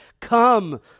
Come